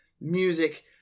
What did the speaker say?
music